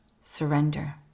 surrender